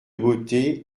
beauté